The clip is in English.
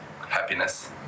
happiness